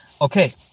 Okay